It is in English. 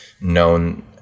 known